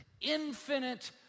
infinite